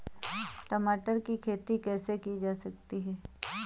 टमाटर की खेती कैसे की जा सकती है?